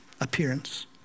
appearance